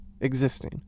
existing